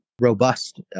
robust